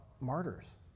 martyrs